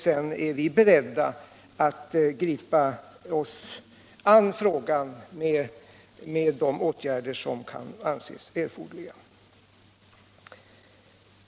Sedan är vi beredda att gripa oss an frågan och vidta de åtgärder som kan anses erforderliga.